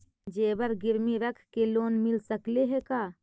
जेबर गिरबी रख के लोन मिल सकले हे का?